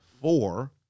four